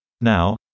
Now